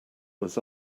was